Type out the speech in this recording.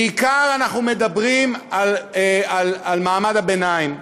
בעיקר אנחנו מדברים על מעמד הביניים,